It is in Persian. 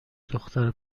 دختر